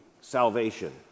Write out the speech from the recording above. salvation